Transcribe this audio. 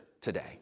today